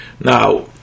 Now